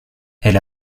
elle